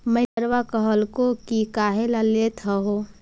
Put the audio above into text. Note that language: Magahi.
मैनेजरवा कहलको कि काहेला लेथ हहो?